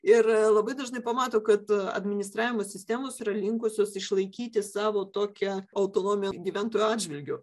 ir labai dažnai pamato kad administravimo sistemos yra linkusios išlaikyti savo tokią autonomiją gyventojų atžvilgiu